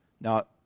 Now